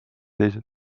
teised